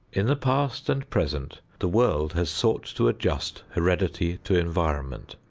in the past and present, the world has sought to adjust heredity to environment.